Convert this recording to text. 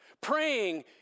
Praying